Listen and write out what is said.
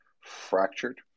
fractured